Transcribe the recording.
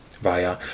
via